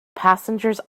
passengers